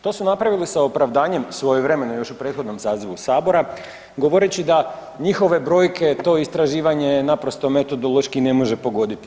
To su napravili sa opravdanjem svojevremeno još u prethodnom sazivu sabora govoreći da njihove brojke, to istraživanje naprosto metodološki ne može pogoditi.